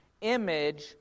image